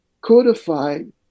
codified